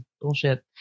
bullshit